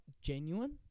genuine